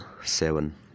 seven